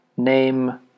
Name